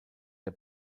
der